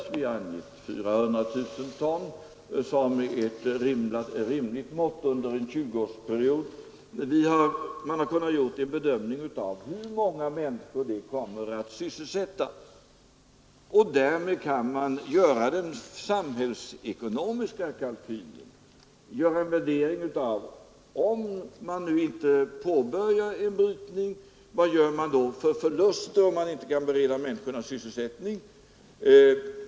Det har angivits 400 000 ton som ett rimligt mått under en 20-årsperiod. Man har vidare kunnat göra en bedömning av hur många människor det kommer att sysselsätta. Därmed kan man göra den samhällsekonomiska kalkylen, man har kunnat göra en värdering: om man nu inte påbörjar en brytning vad gör man då för förluster genom att man inte kan bereda människorna sysselsättning?